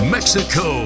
Mexico